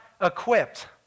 equipped